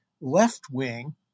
left-wing